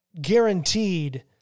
guaranteed